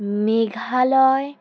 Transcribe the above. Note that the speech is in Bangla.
মেঘালয়